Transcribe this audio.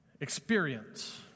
Experience